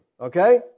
Okay